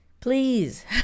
please